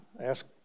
ask